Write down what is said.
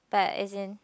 but as in